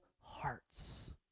hearts